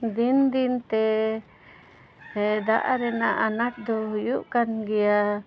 ᱫᱤᱱ ᱫᱤᱱᱛᱮ ᱫᱟᱜ ᱨᱮᱱᱟᱜ ᱟᱱᱟᱴ ᱫᱚ ᱦᱩᱭᱩᱜ ᱠᱟᱱ ᱜᱮᱭᱟ